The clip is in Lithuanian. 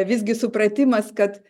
visgi supratimas kad